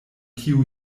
tiu